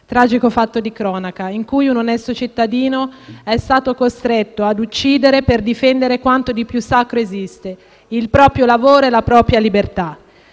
tragico fatto di cronaca, in cui un onesto cittadino è stato costretto a uccidere per difendere quanto di più sacro esiste: il proprio lavoro e la propria libertà.